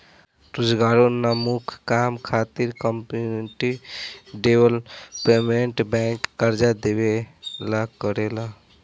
रोजगारोन्मुख काम खातिर कम्युनिटी डेवलपमेंट बैंक कर्जा देवेला करेला